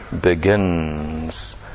begins